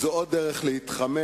זו עוד דרך להתחמק